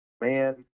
man